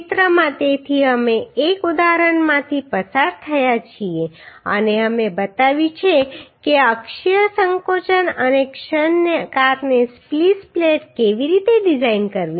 ચિત્રમાં તેથી અમે એક ઉદાહરણમાંથી પસાર થયા છીએ અને અમે બતાવ્યું છે કે અક્ષીય સંકોચન અને ક્ષણને કારણે સ્પ્લિસ પ્લેટ કેવી રીતે ડિઝાઇન કરવી